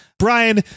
Brian